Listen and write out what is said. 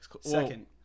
Second